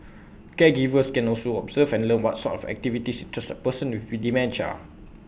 caregivers can also observe and learn what sort of activities interest A person with dementia